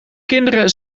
kinderen